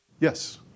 yes